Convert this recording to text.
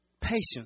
patience